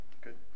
Good